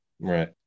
right